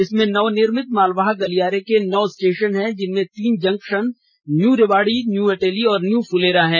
इसमें नव निर्मित मालवाहक गलियारा के नौ स्टेशन हैं जिनमें तीन junction new Rewari new Ateli और न्यू फूलेरा हैं